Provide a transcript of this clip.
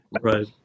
Right